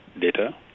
data